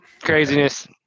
Craziness